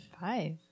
Five